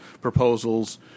proposals